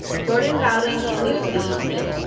jordan bowden is new to the e-team.